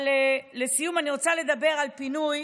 לסיום, אני רוצה לדבר על פינוי